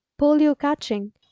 polio-catching